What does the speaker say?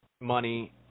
money